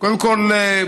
קודם כול,